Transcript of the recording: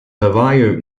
navajo